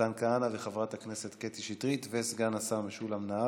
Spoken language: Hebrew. מתן כהנא וחברת הכנסת קטי שטרית וסגן השר משולם נהרי,